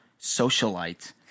socialite